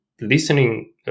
listening